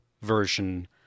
version